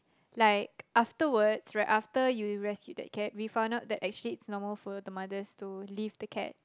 like afterwards right after you rescue that cat we found out that actually it's normal for the mothers to leave the cat